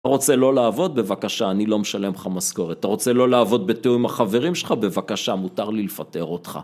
אתה רוצה לא לעבוד? בבקשה, אני לא משלם לך משכורת. אתה רוצה לא לעבוד בתיאור עם החברים שלך? בבקשה, מותר לי לפטר אותך.